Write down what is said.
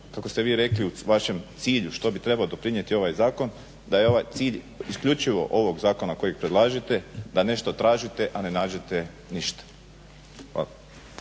kako ste vi rekli u vašem cilju što bi trebao doprinijeti ovaj zakon, da je ovaj cilj isključivo ovog zakona kojeg predlažete, da nešto tražite, a ne nađete ništa. Hvala.